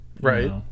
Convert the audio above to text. Right